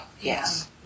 Yes